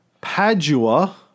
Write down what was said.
Padua